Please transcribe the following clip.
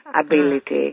ability